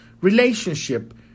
relationship